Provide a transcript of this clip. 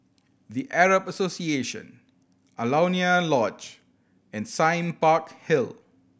The Arab Association Alaunia Lodge and Sime Park Hill